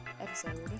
episode